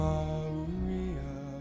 Maria